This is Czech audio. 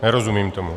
Nerozumím tomu.